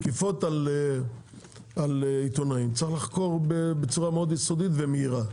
תקיפות על עיתונאים צריך לחקור בצורה מאוד יסודית ומהירה.